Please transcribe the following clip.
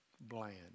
bland